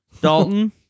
Dalton